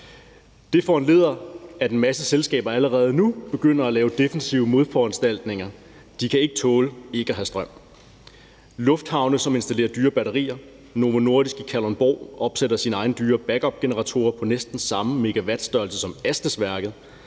Det foranlediger, at en masse selskaber allerede nu begynder at lave defensive modforanstaltninger. De kan ikke tåle ikke at have strøm. Lufthavne installerer dyre batterier, Novo Nordisk i Kalundborg opsætter sin egen dyre backupgenerator på næsten samme megawattstørrelse som Asnæsværket,